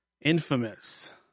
infamous